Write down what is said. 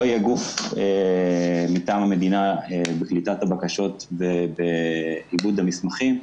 לא יהיה גוף מטעם המדינה בקליטת הבקשות ובעיבוד המסמכים.